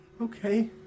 Okay